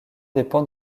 dépend